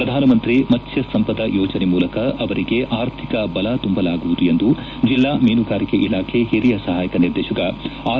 ಪ್ರಧಾನಮಂತ್ರಿ ಮತ್ಸ್ಯ ಸಂಪದ ಯೋಜನೆ ಮೂಲಕ ಅವರಿಗೆ ಅರ್ಥಿಕ ಬಲ ತುಂಬಲಾಗುವುದು ಎಂದು ಜಿಲ್ಲಾ ಮೀನುಗಾರಿಕೆ ಇಲಾಖೆ ಹಿರಿಯ ಸಹಾಯಕ ನಿರ್ದೇಶಕ ಆರ್